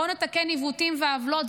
בוא נתקן עיוותים ועוולות,